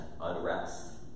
unrest